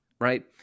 right